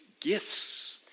gifts